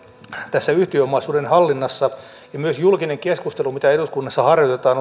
tässä yhtiöomaisuuden hallinnassa ja myös julkinen keskustelu mitä eduskunnassa harjoitetaan